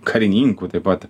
karininkų taip pat